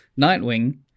Nightwing